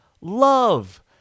love